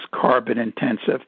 carbon-intensive